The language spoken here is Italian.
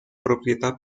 proprietà